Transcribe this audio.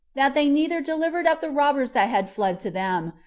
that they neither delivered up the robbers that had fled to them,